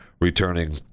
returning